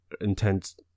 intense –